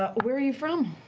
ah where are you from?